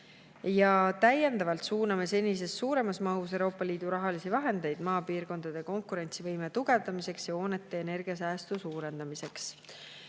Täiendavalt suuname senisest suuremas mahus Euroopa Liidu rahalisi vahendeid maapiirkondade konkurentsivõime tugevdamiseks ja hoonete energiasäästu suurendamiseks.